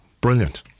Brilliant